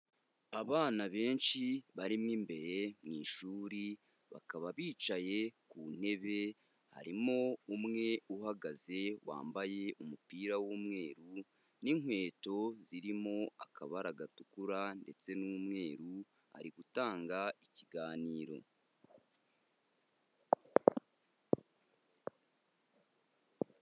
Abana benshi barimo imbere mu ishuri, bakaba bicaye ku ntebe, harimo umwe uhagaze wambaye umupira w'umweru n'inkweto zirimo akabara gatukura ndetse n'umweru ari gutanga ikiganiro.